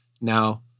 Now